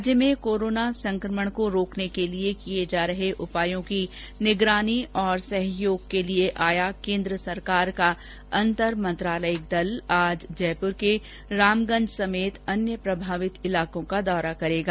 राज्य में कोरोना संक्रमण को रोकने के लिए किये जा रहे उपायों की निगरानी और सहयोग के लिए आया केंद्र सरकार का अंतर मंत्रालयिक दल आज जयपुर के रामगंज समेत अन्य प्रभावित इलाकों का दौरा करेगा